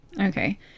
Okay